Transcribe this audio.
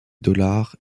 dollars